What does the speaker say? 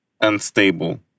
unstable